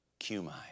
cumai